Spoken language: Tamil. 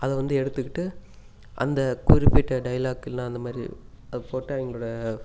அதை வந்து எடுத்துக்கிட்டு அந்த குறிப்பிட்ட டைலாக்குலாம் அந்த மாதிரி அது போட்டு அவங்களோடய